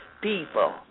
people